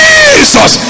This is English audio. Jesus